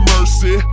Mercy